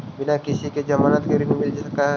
बिना किसी के ज़मानत के ऋण मिल सकता है?